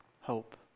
hope